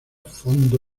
fondo